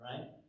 right